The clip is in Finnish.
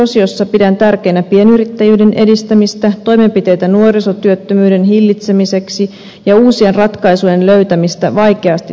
työllisyysosiossa pidän tärkeänä pienyrittäjyyden edistämistä toimenpiteitä nuorisotyöttömyyden hillitsemiseksi ja uusien ratkaisujen löytämistä vaikeasti työllistyville